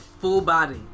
full-body